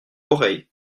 auray